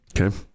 Okay